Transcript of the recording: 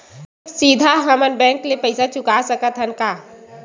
सीधा हम मन बैंक ले पईसा चुका सकत हन का?